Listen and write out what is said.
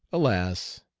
alas!